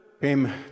came